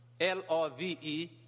L-O-V-E